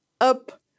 up